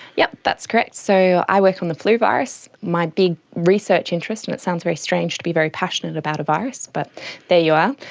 yes, that's correct. so i work on the flu virus. my big research interest, and it sounds very strange to be very passionate about a virus, but there you are,